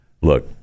look